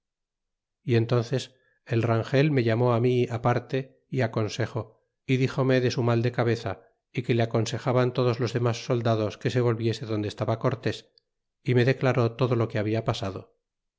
y entónces el rangel me llamó mi parte a consejo y díxome de su mal de cabeza ó que le aconsejaban todos los demas soldados que se volviese donde estaba cortés y me declaró todo lo que habla pasado